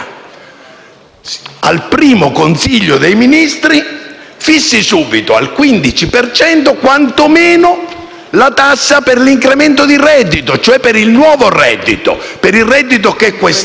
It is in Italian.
al primo Consiglio dei ministri fissi subito al 15 per cento quanto meno la tassa per l'incremento del reddito, cioè per il nuovo reddito, il reddito incrementale